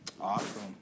awesome